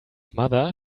mother